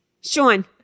Sean